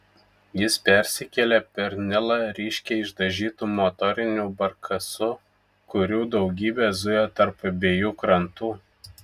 jis persikėlė per nilą ryškiai išdažytu motoriniu barkasu kurių daugybė zujo tarp abiejų krantų